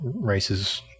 Races